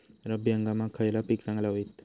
रब्बी हंगामाक खयला पीक चांगला होईत?